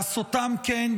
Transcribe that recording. בעשותם כן,